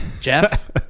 Jeff